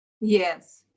Yes